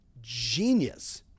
genius